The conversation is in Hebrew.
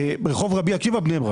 ברחוב רבי עקיבא, בני ברק.